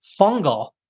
fungal